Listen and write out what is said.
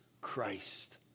Christ